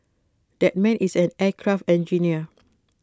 that man is an aircraft engineer